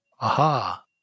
Aha